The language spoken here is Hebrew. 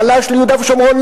פלש ליהודה ושומרון,